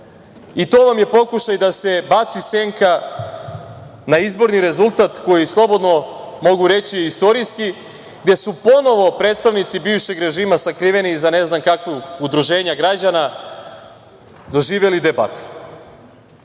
I to vam je pokušaj da se baci senka na izborni rezultat koji je, slobodno mogu reći, istorijski, gde su ponovo predstavnici bivšeg režima sakriveni iza ne znam kakvog udruženja građana doživeli debakl. Kako